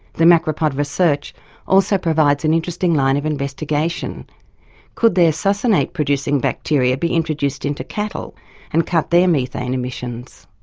the macropod research also provides an interesting line of investigation could their succinate producing bacteria bacteria be introduced into cattle and cut their methane emissions?